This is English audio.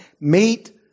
meet